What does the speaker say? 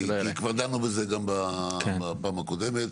כי כבר דנו בזה בפעם הקודמת,